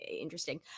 interesting